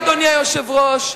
אדוני היושב-ראש,